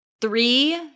three